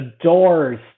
adores